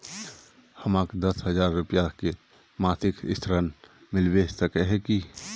हमरा दस हजार रुपया के मासिक ऋण मिलबे सके है की?